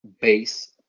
base